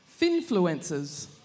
Finfluencers